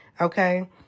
okay